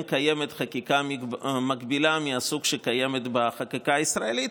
קיימת חקיקה מגבילה מהסוג שקיימת בחקיקה הישראלית,